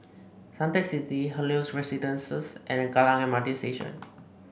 Suntec City Helios Residences and Kallang M R T Station